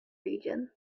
region